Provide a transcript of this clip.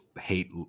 hate